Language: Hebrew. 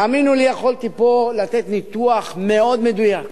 תאמינו לי, יכולתי פה לתת ניתוח מאוד מדויק